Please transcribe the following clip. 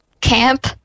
camp